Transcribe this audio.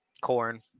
corn